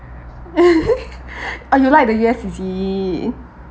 oh you like the U_S is it